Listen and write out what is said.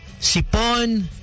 Sipon